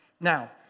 Now